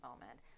moment